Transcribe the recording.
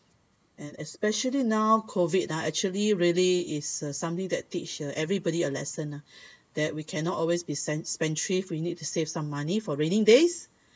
and especially now COVID ah actually really it's uh something that teaches uh everybody a lesson ah that we cannot always be se~ spendthrift we need to save some money for rain days